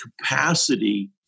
capacity